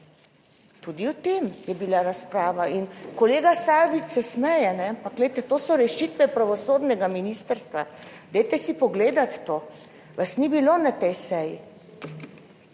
tudi o tem je bila razprava. In kolega Sajovic se smeje, ampak glejte, to so rešitve pravosodnega ministrstva. Dajte si pogledati to vas ni bilo na tej seji,